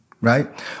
right